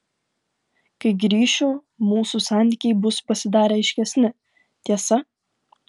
kai grįšiu mūsų santykiai bus pasidarę aiškesni tiesa